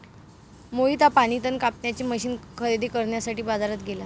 मोहित हा पाणी तण कापण्याचे मशीन खरेदी करण्यासाठी बाजारात गेला